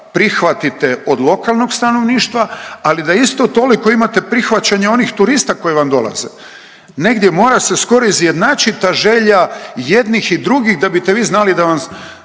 prihvatite od lokalnog stanovništva, ali da isto toliko imate prihvaćanje onih turista koji vam dolaze. Negdje mora se skoro izjednačit ta želja jednih i drugih da bite vi znali da vam